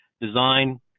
design